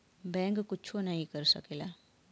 bank कुच्छो नाही कर सकेला